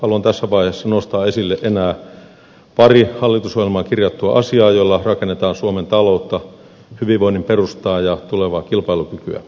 haluan tässä vaiheessa nostaa esille enää pari hallitusohjelmaan kirjattua asiaa joilla rakennetaan suomen taloutta hyvinvoinnin perustaa ja tulevaa kilpailukykyä